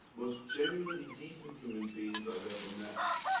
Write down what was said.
most genuinely descent human beings i've ever met.